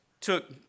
took